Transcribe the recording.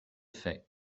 fait